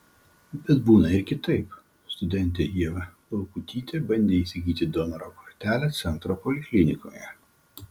bet būna ir kitaip studentė ieva laukutytė bandė įsigyti donoro kortelę centro poliklinikoje